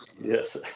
yes